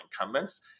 incumbents